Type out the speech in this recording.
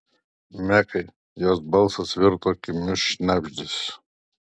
mekai jos balsas virto kimiu šnabždesiu